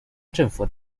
政府